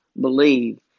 believe